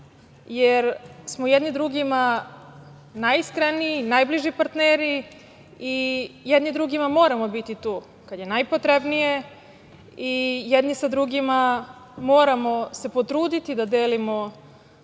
jer smo jedni drugima najiskreniji, najbliži partneri i jedni drugima moramo biti tu kada je najpotrebnije i jedni sa drugima moramo se potruditi da delimo